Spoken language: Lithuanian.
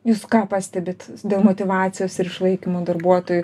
jūs ką pastebit dėl motyvacijos ir išlaikymo darbuotojų